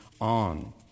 on